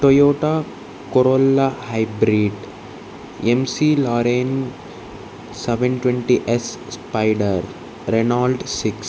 Toyota Corolla hybrid McLaren seven twenty S spider Renault six